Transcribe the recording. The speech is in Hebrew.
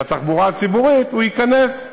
לתחבורה הציבורית ייקנס,